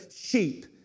sheep